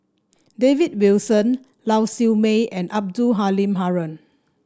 David Wilson Lau Siew Mei and Abdul Halim Haron